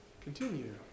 continue